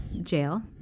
jail